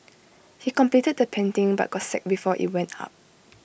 he completed the painting but got sacked before IT went up